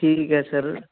ਠੀਕ ਹੈ ਸਰ